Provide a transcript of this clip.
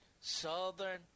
Southern